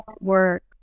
work